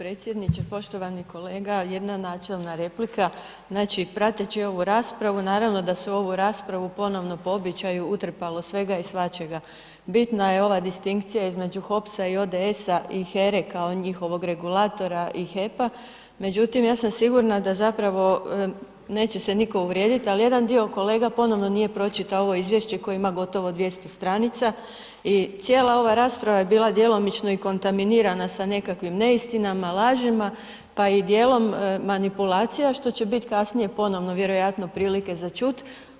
Hvala lijepa poštovani potpredsjedniče, jedna načelna replika, znači prateći ovu raspravu naravno da se u ovu raspravu ponovno po običaju utrpalo svega i svačega, bitna je ova distinkcija između HOPS-a i ODS-a i HERE kao njihovog regulatora i HEP-a, međutim ja sam sigurna da zapravo neće se nitko uvrijediti ali jedan dio kolega ponovno nije pročitao ovo izvješće koje ima gotovo 200 stranica i cijela ova rasprava je bila djelomično i kontanimirana sa nekakvim neistinama, lažima pa je i dijelom manipulacija što će biti kasnije ponovno vjerojatno prilike za čuti.